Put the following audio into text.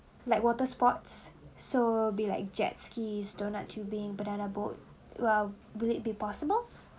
like water sports so be like jet skis donut tubing banana boat well would it be possible